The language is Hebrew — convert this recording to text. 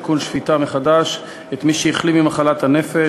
שפיטה מחדש את מי שהחלים ממחלת הנפש.